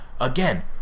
again